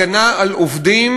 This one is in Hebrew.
הגנה על עובדים,